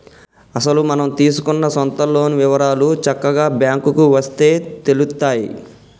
అసలు మనం తీసుకున్న సొంత లోన్ వివరాలు చక్కగా బ్యాంకుకు వస్తే తెలుత్తాయి